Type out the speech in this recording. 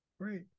Great